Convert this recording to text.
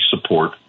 support